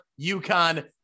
UConn